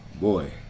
boy